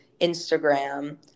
Instagram